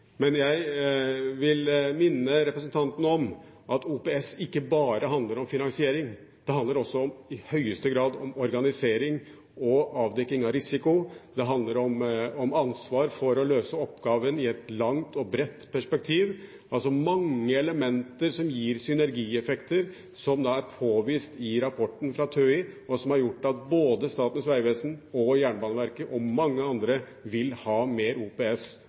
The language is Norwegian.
Men jeg vil minne representanten om at OPS ikke bare handler om finansiering. Det handler også i høyeste grad om organisering og avdekking av risiko. Det handler om ansvar for å løse oppgaven i et langt og bredt perspektiv. Det er altså mange elementer som gir synergieffekter som er påvist i rapporten fra TØI, som har gjort at både Statens vegvesen og Jernbaneverket og mange andre vil ha mer OPS